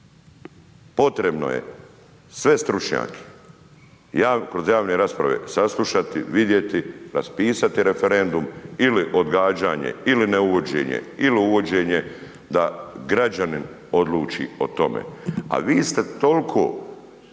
Potrebno je sve stručnjake kroz javne rasprave saslušati, vidjeti, raspisati referendum ili odgađanje ili neuvođenje ili uvođenje, da građanin odluči o tome. A vi ste toliko